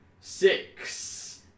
six